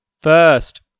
first